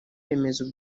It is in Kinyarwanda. remezo